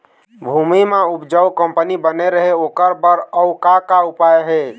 भूमि म उपजाऊ कंपनी बने रहे ओकर बर अउ का का उपाय हे?